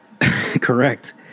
Correct